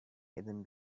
hidden